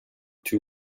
two